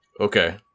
Okay